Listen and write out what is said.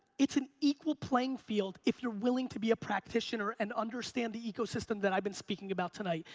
it's an equal playing field if you're willing to be a practitioner and understand the ecosystem that i've been speaking about tonight.